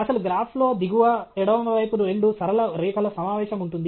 అసలు గ్రాఫ్లో దిగువ ఎడమవైపు రెండు సరళ రేఖల సమావేశం ఉంటుంది